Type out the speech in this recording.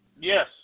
Yes